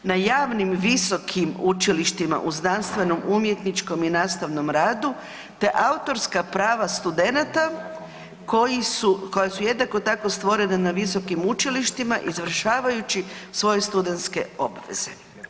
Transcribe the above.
Na javnim visokim učilištima u znanstvenom, umjetničkom i nastavnom radu, te autorska prava studenata koja su jednako tako stvorena na visokim učilištima izvršavajući svoje studentske obveze.